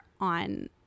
on